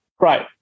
Right